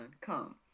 come